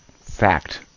fact